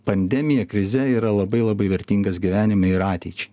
pandemija krize yra labai labai vertingas gyvenime ir ateičiai